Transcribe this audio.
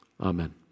Amen